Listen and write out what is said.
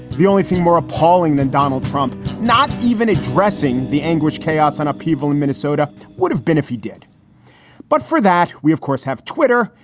the only thing more appalling than donald trump not even addressing the anguish, chaos and upheaval in minnesota would have been if he did but for that, we, of course, have twitter.